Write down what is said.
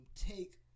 take